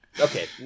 Okay